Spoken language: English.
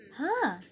ha